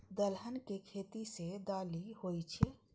दलहन के खेती सं दालि होइ छै